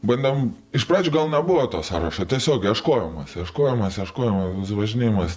bandėm iš pradžių gal nebuvo to sąrašo tiesiog ieškojom mes ieškojom mes ieškojom važinėjimas